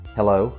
Hello